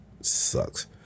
Sucks